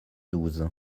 douze